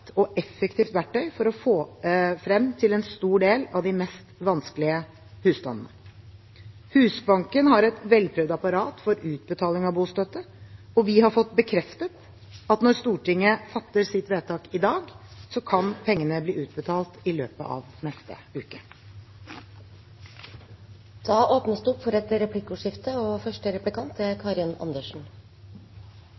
og effektivt verktøy for å nå frem til en stor del av de mest vanskeligstilte husstandene. Husbanken har et velprøvd apparat for utbetaling av bostøtte, og vi har fått bekreftet at når Stortinget fatter sitt vedtak i dag, kan pengene bli utbetalt i løpet av neste uke. Det blir replikkordskifte. Fordi statsråden nevner det, er